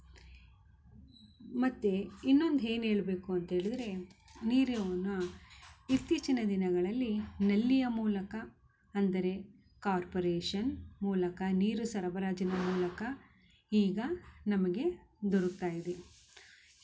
ಮತ್ತು ಇನ್ನೊಂದು ಏನು ಹೇಳ್ಬೇಕು ಅಂತ ಹೇಳಿದರೆ ನೀರಿಹುನ ಇತ್ತೀಚಿನ ದಿನಗಳಲ್ಲಿ ನಲ್ಲಿಯ ಮೂಲಕ ಅಂದರೆ ಕಾರ್ಪೊರೇಷನ್ ಮೂಲಕ ನೀರು ಸರಬರಾಜಿನ ಮೂಲಕ ಈಗ ನಮಗೆ ದೊರಕ್ತಾಯಿದೆ